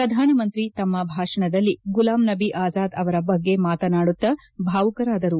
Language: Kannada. ಪ್ರಧಾನಮಂತ್ರಿ ತಮ್ಮ ಭಾಷಣದಲ್ಲಿ ಗುಲಾಂ ನಬಿ ಅಜಾದ್ ಅವರ ಬಗ್ಗೆ ಮಾತನಾಡುತ್ತ ಭಾವುಕರಾದರು